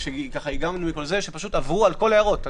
הם עברו על כל ההערות.